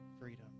freedom